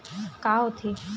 का होथे?